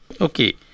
Okay